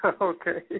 Okay